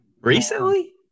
Recently